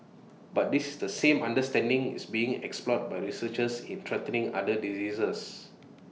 but this the same understanding is being explored by researchers in treating other diseases